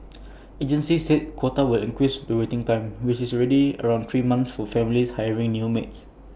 agencies said the quota will increase the waiting time which is already around three months for families hiring new maids